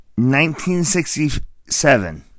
1967